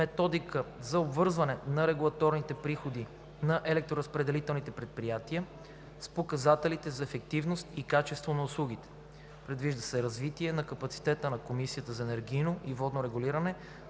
методика за обвързване на регулираните приходи на електроразпределителните предприятия с показателите за ефективност и качество на услугите. Предвижда се развитие на капацитета на Комисията за енергийно и водно регулиране